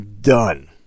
done